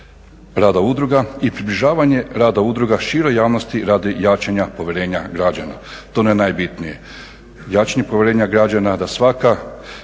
rada udruga i približavanje rada udruga široj javnosti radi jačanja povjerenja građana. To je ono najbitnije. Jačanje povjerenja građana da svaka